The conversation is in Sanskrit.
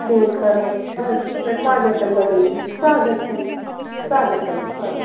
किं करोमि हा स्वागतं भगिनी स्वगतं स्वागतं स्वगतम्